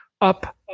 up